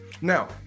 Now